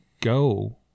go